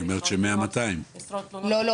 היא אומרת ש-100 200. לא,